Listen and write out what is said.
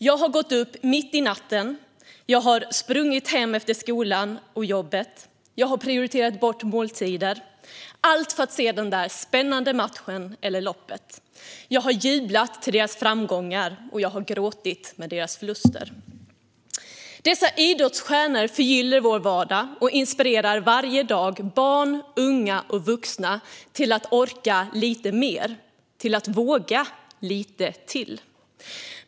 Jag har gått upp mitt i natten, jag har sprungit hem efter skolan och jobbet, jag har prioriterat bort måltider - allt för att se den där spännande matchen eller det där spännande loppet. Jag har jublat till deras framgångar, och jag har gråtit åt deras förluster. Dessa idrottsstjärnor förgyller vår vardag och inspirerar varje dag barn, unga och vuxna att orka lite mer och våga lite till.